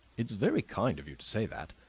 it's very kind of you to say that.